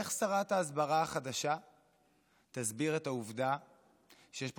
איך שרת ההסברה החדשה תסביר את העובדה שיש פה